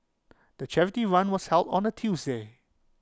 the charity run was held on A Tuesday